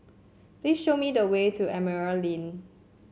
please show me the way to Emerald Link